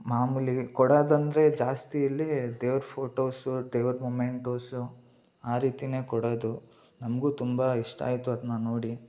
ಮಾಮೂಲಿ ಕೊಡೋದಂದ್ರೆ ಜಾಸ್ತಿ ಇಲ್ಲಿ ದೇವ್ರ ಫೋಟೋಸು ದೇವ್ರ ಮುಮೆಂಟೋಸು ಆ ರೀತಿಯೇ ಕೊಡೋದು ನಮಗೂ ತುಂಬ ಇಷ್ಟ ಆಯಿತು ಅದನ್ನ ನೋಡಿ